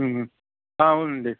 అవునండి